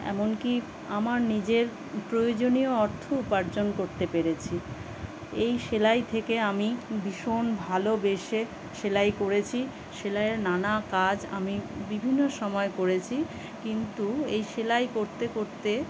এমনকি আমার নিজের প্রয়োজনীয় অর্থ উপার্জন করতে পেরেছি এই সেলাই থেকে আমি ভীষণ ভালোবেসে সেলাই করেছি সেলাইয়ের নানা কাজ আমি বিভিন্ন সময় করেছি কিন্তু এই সেলাই করতে করতে